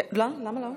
למה לא?